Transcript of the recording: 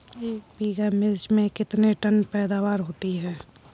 एक बीघा मिर्च में कितने टन पैदावार होती है?